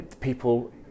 people